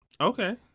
Okay